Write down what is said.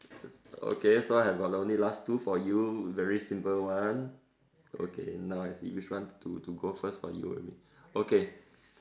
okay so I have got only last two for you very simple one okay now I see which one to to go first for you and me okay